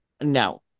No